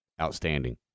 outstanding